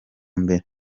mbere